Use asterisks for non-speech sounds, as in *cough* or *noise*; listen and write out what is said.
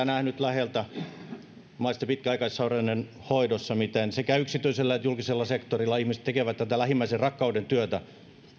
*unintelligible* nähnyt läheltä omaisen pitkäaikaissairauden hoidossa miten sekä yksityisellä että julkisella sektorilla ihmiset tekevät tätä lähimmäisenrakkauden työtä